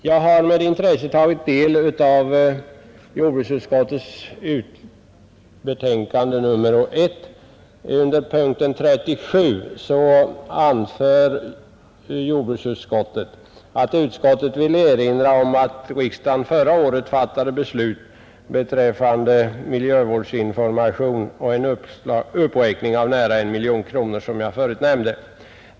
Jag har med intresse tagit del av jordbruksutskottets betänkande nr 1, där utskottet under punkten 37 anför: ”Utskottet vill erinra om att riksdagens förra året fattade beslut beträffande innevarande budgetårs anslag till miljövårdsinformation innebar en anslagsuppräkning av 1 milj.kr. för hithörande ändamål.